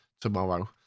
tomorrow